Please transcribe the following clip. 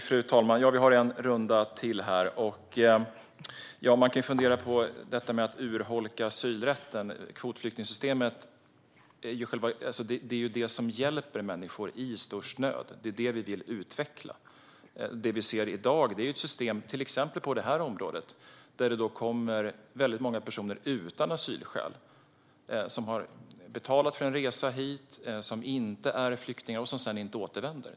Fru talman! Vi har en runda kvar. Man kan fundera på detta med att urholka asylrätten. Kvotflyktingsystemet är ju det som hjälper människor i störst nöd. Det är det vi vill utveckla. Det vi ser i dag, till exempel på det här området, är ett system där det kommer väldigt många personer utan asylskäl som har betalat för en resa hit, som inte är flyktingar och som sedan inte återvänder.